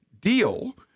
deal